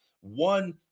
One